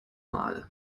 mal